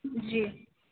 جی